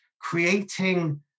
creating